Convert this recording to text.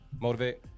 Motivate